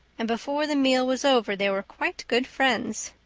and before the meal was over they were quite good friends.